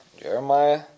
Jeremiah